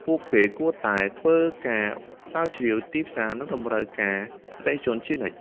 ពួកគេគួរតែធ្វើការស្រាវជ្រាវទីផ្សារ និងតម្រូវការអតិថិជនជានិច្ច។